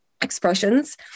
expressions